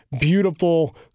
beautiful